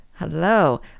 Hello